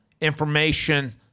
information